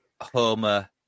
Homer